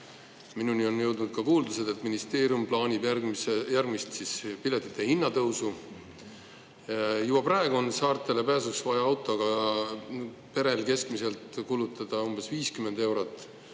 Minuni on jõudnud ka kuuldused, et ministeerium plaanib järgmist piletihinna tõusu. Juba praegu on saartele pääsuks vaja autoga perel keskmiselt kulutada umbes 50 eurot,